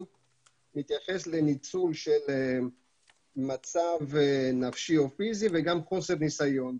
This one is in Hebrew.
מתייחס לניצול של מצב נפשי או פיזי וגם חוסר ניסיון.